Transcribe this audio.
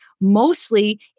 mostly